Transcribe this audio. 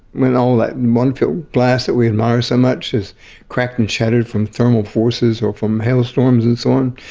when all that wonderful glass that we admire so much is cracked and shattered from thermal forces or from hailstorms and so on,